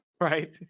right